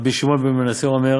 רבי שמעון בן מנסיא אומר: